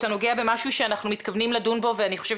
אתה נוגע במשהו שאנחנו מתכוונים לדון בו ואני חושבת